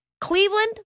Cleveland